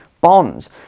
bonds